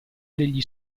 degli